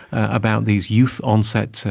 about these youth onset, so